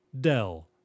Dell